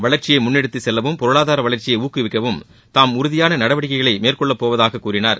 வளர்ச்சியை முன்னெடுத்து செல்லவும் பொருளாதார வளர்ச்சியை ஊக்குவிக்கவும் தாம் உறுதியான நடவடிக்கைகளை மேற்கொள்ளப் போவதாகக் கூறினார்